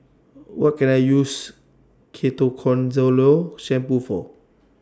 What Can I use Ketoconazole Shampoo For